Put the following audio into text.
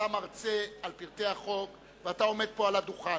אתה מרצה על פרטי החוק ואתה עומד פה על הדוכן.